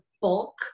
bulk